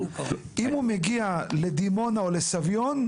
אם הוא מגיע לדימונה או לסביון,